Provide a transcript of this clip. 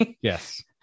Yes